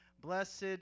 Blessed